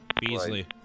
Beasley